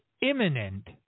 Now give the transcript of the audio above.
imminent